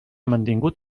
mantingut